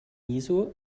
jesu